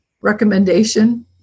recommendation